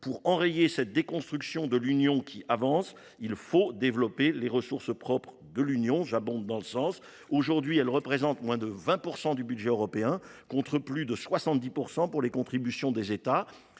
Pour enrayer cette déconstruction de l’Union qui avance, il faut développer ses ressources propres. Aujourd’hui, elles représentent moins de 20 % du budget européen, contre plus de 70 % pour les contributions des États.